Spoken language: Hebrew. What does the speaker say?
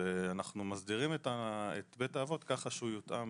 אנחנו מסדירים את בית האבות ככה שהוא יותאם